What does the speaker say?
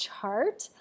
chart